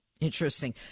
Interesting